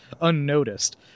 unnoticed